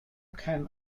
can